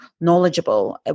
knowledgeable